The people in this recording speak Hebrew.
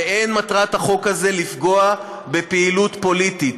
אין מטרת החוק הזה לפגוע בפעילות פוליטית.